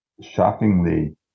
shockingly